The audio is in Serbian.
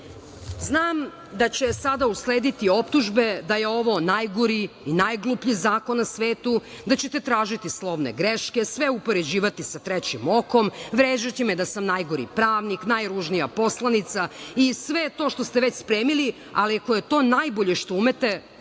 dece. Znam da će sada uslediti optužbe da je ovo najgori i najgluplji zakon na svetu, da ćete tražiti slovne greške, sve upoređivati sa „Trećim okom“, vređajući me da sam najgori pravnik, najružnija poslanica i sve to što ste već spremili, ali ako je to najbolje što umete,